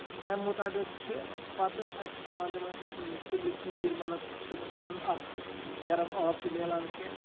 تَمہِ مُطٲبِق چھِ پَتہ اَسہِ پیوان تِمن سُلہِ ژیٖر مطلب چھُنہٕ تِمن اکھ گرم آب تہِ مِلان کیٚنہہ